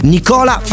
Nicola